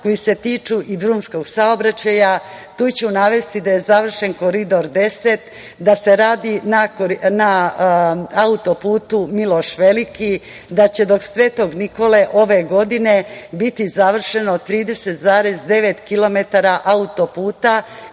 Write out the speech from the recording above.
koji se tiču i drumskog saobraćaja. Tu ću navesti da je završen Koridor 10, da se radi na autoputu „Miloš Veliki“, da će do Svetog Nikole ove godine biti završeno 30,9 kilometara autoputa,